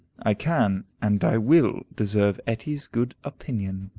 i can, and i will, deserve etty's good opinion.